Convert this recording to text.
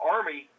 Army